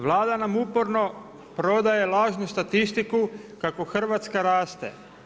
Vlada nam uporno prodaje lažnu statistiku kako Hrvatska raste.